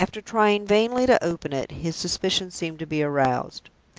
after trying vainly to open it, his suspicion seemed to be aroused.